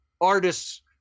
artists